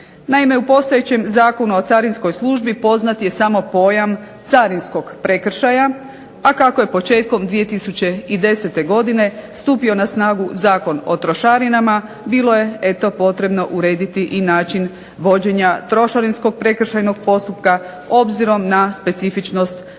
Naime, u postojećem Zakonu o carinskoj službi poznat je samo pojam carinskog prekršaja, a kako je početkom 2010. godine stupio na snagu Zakon o trošarinama bilo je eto potrebno urediti i način vođenja trošarinskog prekršajnog postupka obzirom na specifičnost normativnog